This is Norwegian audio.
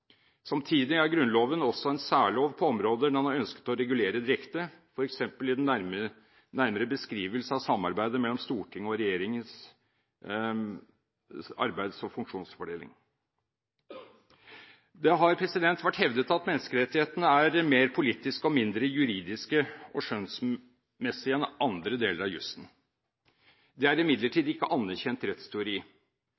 Samtidig er Grunnloven også en særlov på områder den har ønsket å regulere direkte – f.eks. i den nærmere beskrivelse av Stortingets og regjeringens arbeids- og funksjonsfordeling. Det har vært hevdet at menneskerettighetene er mindre juridiske og mer skjønnsmessige og «politiske» enn andre deler av jusen. Det er